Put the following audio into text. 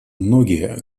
многие